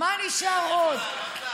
מה נשאר עוד?